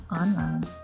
online